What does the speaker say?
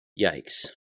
yikes